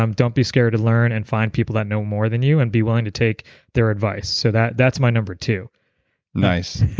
um don't be scared to learn and find people that know more than you and be willing to take their advice. so, that's my number two nice.